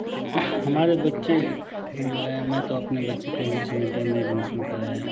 हमारे बच्चे जो हैं मैं तो अपने बच्चे को इंग्लीस मीडियम में एडमिसन कराया